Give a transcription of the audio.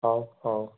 ହଉ ହଉ